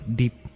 deep